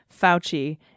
Fauci